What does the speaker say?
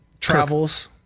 travels